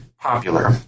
popular